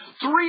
Three